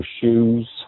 shoes